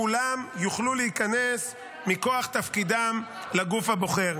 כולם יוכלו להיכנס מכוח תפקידם לגוף הבוחר.